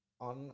on